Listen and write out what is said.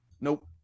Nope